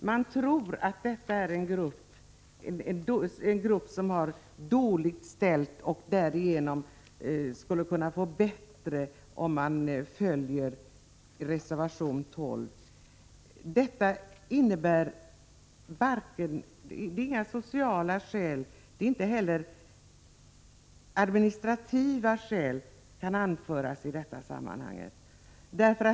Man tror att detta är en grupp som har det dåligt ställt och därigenom skulle kunna få det bättre om man följer reservation 12. Varken sociala skäl eller administrativa skäl kan anföras i det sammanhanget.